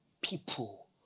people